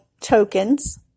tokens